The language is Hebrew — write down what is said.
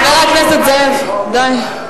חבר הכנסת נסים זאב, די.